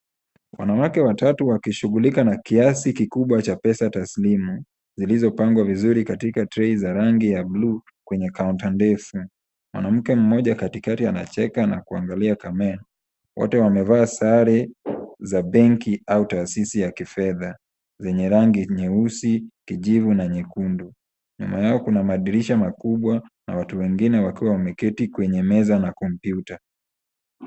Wanawake watatu wakishugulika na kiasi kikubwa cha pesa taslimu, zilizopangwa vizuri katika tray za rangi ya bluu kwenye counter ndefu, mwanamke mmoja katikati anacheka na kuangalia camera . Wote wamevaa sari, za benki au taasisi ya kifedha, zenye rangi nyeusi, kijivu na nyekundu, nyuma yao kuna madirisha makubwa na watu wengine wakiwa wameketi kwenye meza na computer .